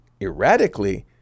erratically